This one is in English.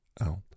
out